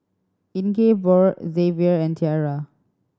Ingeborg Zavier and Tiera